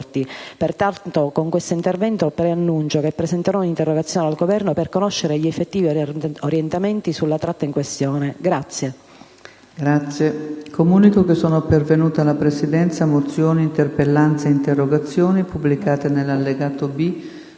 aeroporti. Con questo intervento, preannuncio che presenterò un'interrogazione al Governo per conoscere gli effettivi orientamenti sulla tratta in questione.